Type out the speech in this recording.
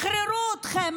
שחררו אתכם.